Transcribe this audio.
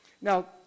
Now